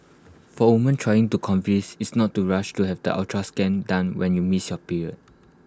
for woman trying to convince is not to rush to have the ultrasound scan done when you miss your period